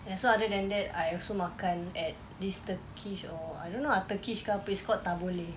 so other than that I also makan at this turkish or I don't know ah turkish ke apa it's called tabbouleh